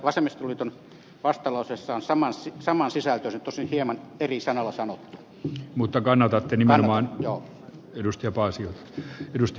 vasemmistoliiton vastalauseessa on saman sisältöinen tosin hieman eri sanalla sanoa mutta kannatettiin vanhan ja aidosti sanoilla sanottuna